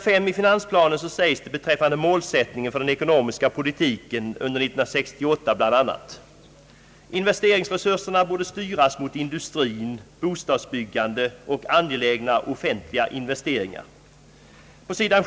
5 i finansplanen sägs beträffande målsättningen för den ekonomiska politiken under 1968 bl.a.: »Investeringsresurserna borde styras mot industrin, bostadsbyggande och angelägna offeniliga investeringar.» På sid.